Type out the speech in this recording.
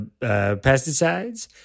pesticides